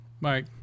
Mike